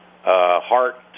heart